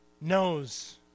knows